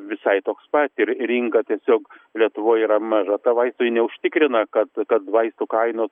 visai toks pat ir rinka tiesiog lietuvoj yra maža ta vaistų ji neužtikrina kad kad vaistų kainos